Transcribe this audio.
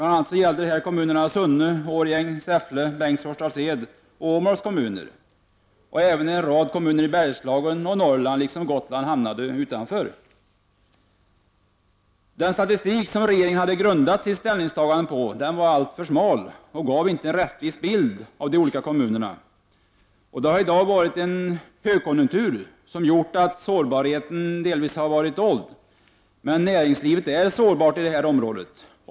Det gällde bl.a. kommunerna Sunne, Årjäng, Säffle, Bengtsfors, Dals Ed och Åmål. Även en rad kommuner i Bergslagen och Norrland liksom Gotland hamnade utanför. Den statistik som regeringen grundade ställningstagandet på var alltför smal och gav ingen rättvis bild av de olika kommunerna. Det finns i dag en högkonjunktur som har gjort att sårbarheten delvis har dolts, men näringslivet är sårbart i området.